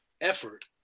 effort